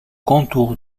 contour